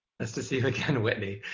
nice to see you again, whitney.